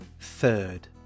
third